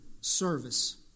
service